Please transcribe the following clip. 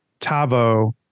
tavo